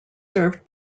served